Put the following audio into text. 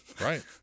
right